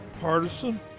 partisan